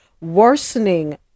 worsening